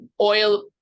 oil